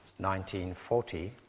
1940